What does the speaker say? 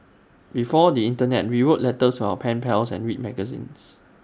before the Internet we wrote letters to our pen pals and read magazines